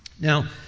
Now